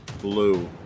blue